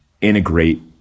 integrate